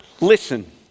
Listen